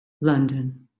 London